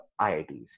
IITs